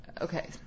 Okay